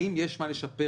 האם יש מה לשפר?